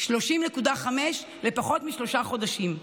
30.5 לפחות משלושה חודשים.